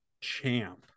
champ